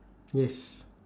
yes